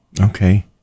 okay